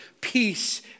peace